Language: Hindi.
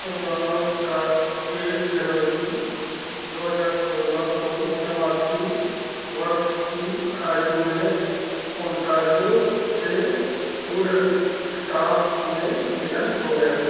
रॉस का एक जनवरी दो हज़ार सोलह को नवासी वर्ष की आयु में ओंटारियो के वुडस्टॉक में निधन हो गया